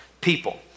people